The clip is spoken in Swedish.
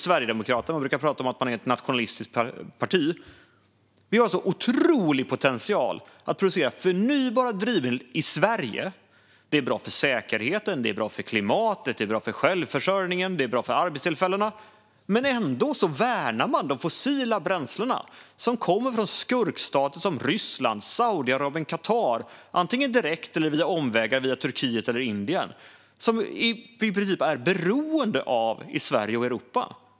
Sverigedemokraterna brukar prata om att man är ett nationalistiskt parti. Vi har en otrolig potential att producera förnybara drivmedel i Sverige. Det är bra för säkerheten, det är bra för klimatet, det är bra för självförsörjningen och det är bra för arbetstillfällena. Ändå värnar man de fossila bränslen som kommer från skurkstater som Ryssland, Saudiarabien och Qatar, antingen direkt eller via omvägar över Turkiet eller Indien, som vi i princip är beroende av i Sverige och Europa.